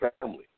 family